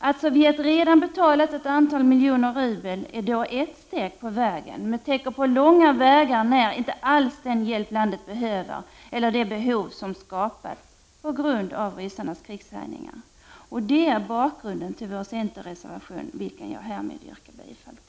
Att Sovjet redan betalat ett antal miljoner rubel är ett steg på vägen men täcker inte på långa vägar det hjälpbehov som skapats på grund av ryssarnas krigshärjningar. Detta är bakgrunden till vår centerreservation, som jag härmed yrkar bifall till.